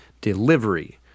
delivery